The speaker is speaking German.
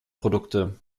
produkte